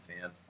fan